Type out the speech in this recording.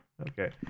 Okay